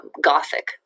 gothic